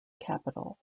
capital